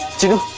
to